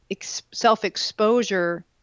self-exposure